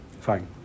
Fine